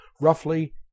roughly